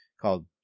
called